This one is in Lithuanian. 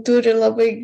turi labai